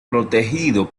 protegido